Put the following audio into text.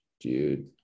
dude